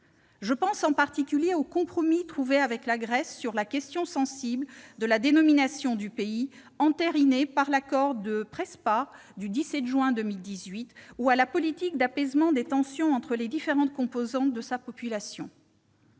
je pense au compromis trouvé avec la Grèce sur la question sensible de la dénomination du pays, entériné par l'accord de Prespa du 17 juin 2018, ou à la politique d'apaisement des tensions entre les différentes composantes de sa population.